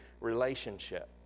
relationship